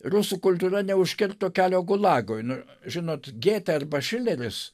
rusų kultūra neužkirto kelio gulagui nu žinot gėtė arba šileris